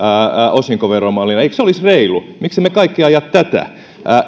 osinkoveromallina eikö se olisi reilua miksi emme kaikki aja tätä